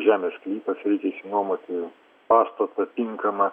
žemės sklypas reikia išsinuomoti pastatą tinkamą